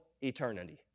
eternity